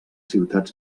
ciutats